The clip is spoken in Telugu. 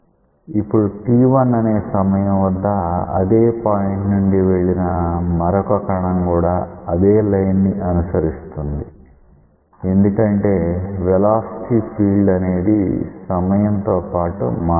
ఇప్పుడు t1 అనే సమయం వద్ద అదే పాయింట్ నుండి వెళ్లిన మరొక కణం కూడా అదే లైన్ ని అనుసరిస్తుంది ఎందుకంటే వెలాసిటీ ఫీల్డ్ అనేది సమయంతో పాటు మారలేదు